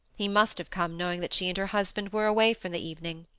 he must have come knowing that she and her husband were away for the evening.